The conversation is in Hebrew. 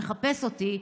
"'מחפש אותי,